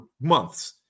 months